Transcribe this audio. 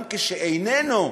גם כשהוא איננו,